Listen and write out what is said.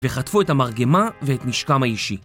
וחטפו את המרגמה ואת נשקם האישי